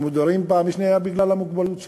הם מודרים פעם שנייה בגלל המוגבלות שלהם,